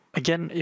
again